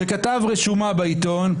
הוא כתב רשומה בעיתון,